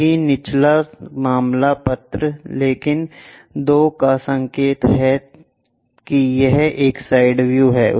वही निचला मामला पत्र लेकिन दो का संकेत है कि यह एक साइड व्यू है